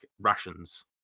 rations